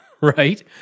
Right